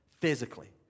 physically